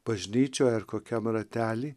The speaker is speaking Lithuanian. bažnyčioje ar kokiam ratelyje